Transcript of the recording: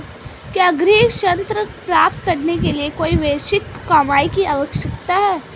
क्या गृह ऋण प्राप्त करने के लिए कोई वार्षिक कमाई की आवश्यकता है?